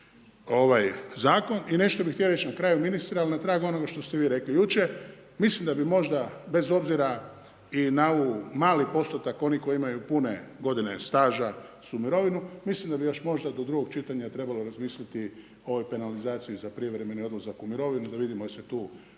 I nešto bih htio reći na kraju ministre, ali na tragu onoga što ste vi rekli jučer. Mislim da bi možda bez obzira i na ovu mali postotak onih koji imaju pune godine staža za mirovinu, mislim da bi još možda do drugog čitanja trebalo razmisliti o ovoj penalizaciji za prijevremeni odlazak u mirovinu da vidimo jel se tu može